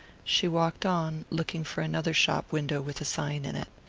she walked on, looking for another shop window with a sign in it.